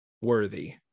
worthy